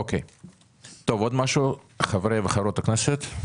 עוד משהו חברי וחברות הכנסת?